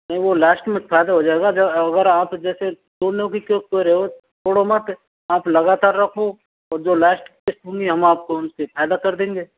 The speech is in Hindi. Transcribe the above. नहीं वो लास्ट में फायदा हो जाएगा अगर आप जैसे दोनों के ऊपर है छोड़ो मत आप लगातार रखो तो जो लास्ट किस्त होगी हम आपको उसमें फायदा कर देंगे